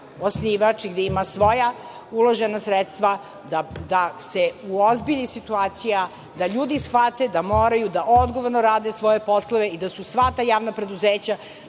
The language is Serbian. osnivač i gde ima svoja uložena sredstva da se uozbilji situacija, da ljudi shvate da moraju da odgovorno rade svoje poslove i da su sva ta javna preduzeća